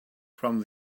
from